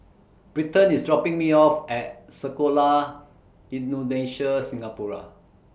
Britton IS dropping Me off At Sekolah Indonesia Singapura